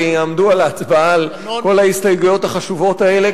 ויעמדו על ההצבעה על כל ההסתייגויות החשובות האלה,